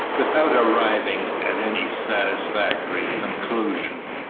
without arriving at any satisfactory conclusion?